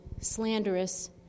slanderous